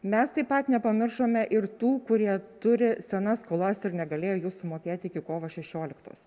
mes taip pat nepamiršome ir tų kurie turi senas skolas ir negalėjo jų sumokėti iki kovo šešioliktos